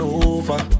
over